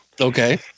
okay